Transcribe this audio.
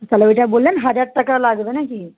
তাহলে ওইটা বললেন হাজার টাকা লাগবে নাকি